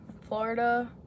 Florida